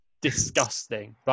disgusting